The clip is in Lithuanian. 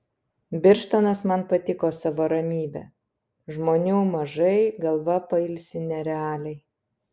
birštonas man patiko savo ramybe žmonių mažai galva pailsi nerealiai